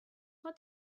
what